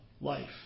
life